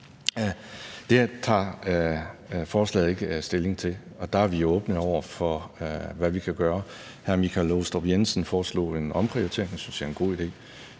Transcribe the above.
tager forslaget ikke stilling til, og der er vi åbne over for, hvad vi kan gøre. Hr. Michael Aastrup Jensen foreslog en omprioritering, og det synes jeg er en god idé.